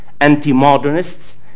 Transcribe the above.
anti-modernists